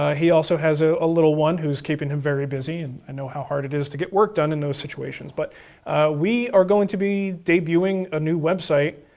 ah he also has ah a little one who's keeping him very busy. and i know how hard it is to get work done in those situations, but we are going to be debuting a new website,